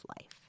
life